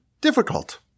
difficult